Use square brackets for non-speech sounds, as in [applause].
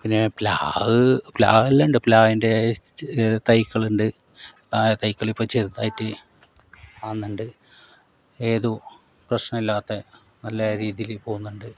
പിന്നെ പ്ലാവെല്ലാം ഉണ്ട് പ്ലാവിൻ്റെ [unintelligible] തൈകളുണ്ട് ആ തൈകളിപ്പോൾ ചെറുതായിട്ട് ആകുന്നുണ്ട് ഏതു പ്രശ്നമില്ലാതെ നല്ല രീതിയിൽ പോകുന്നുണ്ട്